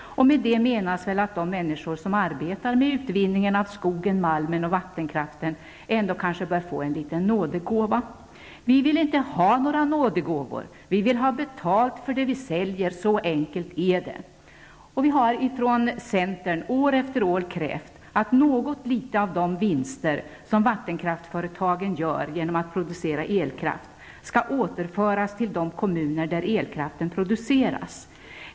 Med detta menas väl att de människor som arbetar med utvinningen av skogen, malmen och vattenkraften ändå kanske bör få en liten nådegåva. Vi vill inte ha några nådegåvor. Vi vill ha betalt för det vi säljer. Så enkelt är det. Vi har från centern år efter år krävt att något litet av de vinster som vattenkraftsföretagen gör genom att producera elkraft skall återföras till de kommuner där elkraften produceras.